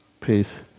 Peace